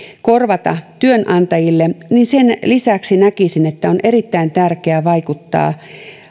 korvata työnantajille niin sen lisäksi näkisin että on erittäin tärkeää vaikuttaa